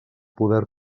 poder